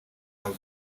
mazu